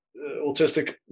autistic